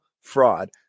fraud